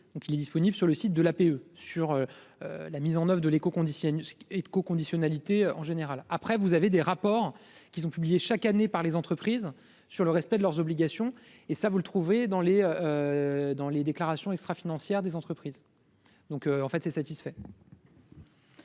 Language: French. il est disponible sur le site de l'APE sur la mise en oeuvre de l'écho d'ici à une éco-conditionnalité en général après, vous avez des rapports qui sont publiés chaque année par les entreprises sur le respect de leurs obligations et ça vous le trouvez dans les dans les déclarations extra-financière des entreprises, donc en fait c'est satisfait.